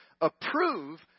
approve